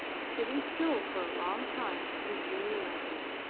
sitting still for a long time in dreamy languor.